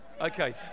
okay